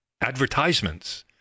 advertisements